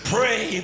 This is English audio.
Pray